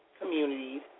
communities